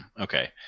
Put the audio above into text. Okay